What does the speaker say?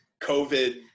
covid